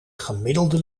gemiddelde